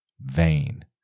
vain